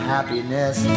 Happiness